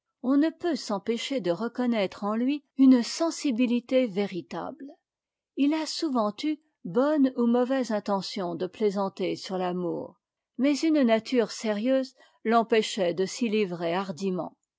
on ne peut s'empêcher de reconnaître en lui une sensibilité véritable il a souvent eu bonne ou mauvaise intention de plaisanter sur l'amour mais une nature sérieuse l'empêche de s'y livrer hardiment